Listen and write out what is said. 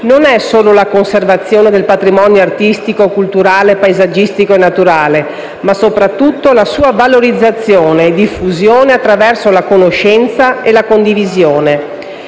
non è solo la conservazione del patrimonio artistico, culturale, paesaggistico e naturale, ma soprattutto la sua valorizzazione e diffusione attraverso la conoscenza e la condivisione.